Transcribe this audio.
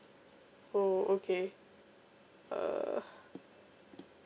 oh okay uh